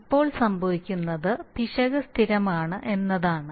ഇപ്പോൾ സംഭവിക്കുന്നത് പിശക് സ്ഥിരമാണ് എന്നതാണ്